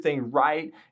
right